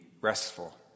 restful